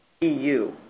EU